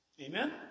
Amen